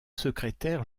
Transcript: secrétaire